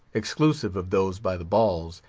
exclusive of those by the balls,